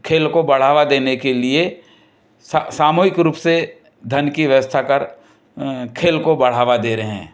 खेल को बढ़ावा देने के लिए सामूहिक रूप से धन की व्यवस्था कर खेल को बढ़ावा दे रहे हैं